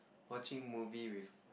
watching movie with